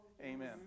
Amen